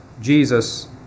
Jesus